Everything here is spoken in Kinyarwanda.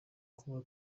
kuba